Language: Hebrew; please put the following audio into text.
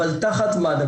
אבל תחת מד"א,